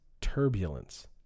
turbulence